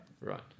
Right